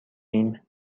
ایم